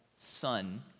son